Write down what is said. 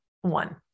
one